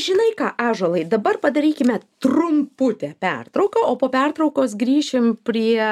žinai ką ąžuolai dabar padarykime trumputę pertrauką o po pertraukos grįšim prie